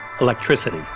electricity